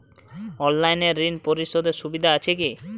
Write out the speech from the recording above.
অনলাইনে ঋণ পরিশধের সুবিধা আছে কি?